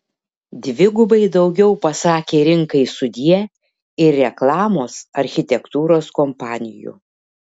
dvigubai daugiau pasakė rinkai sudie ir reklamos architektūros kompanijų